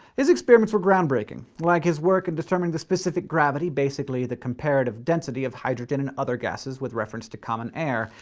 his experiments were groundbreaking, like his work in determining the specific gravity basically the comparative density of hydrogen and other gases with reference to common air.